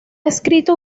escrito